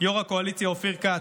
יו"ר הקואליציה אופיר כץ,